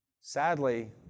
Sadly